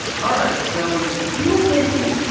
all right, so you, mindy,